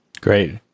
Great